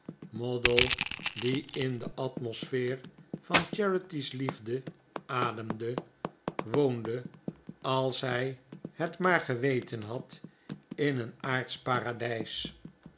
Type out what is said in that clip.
moddle die in de atmosfeer van charity's liefde ademde woonde als hij het maar geweten had in een aardsch paradijs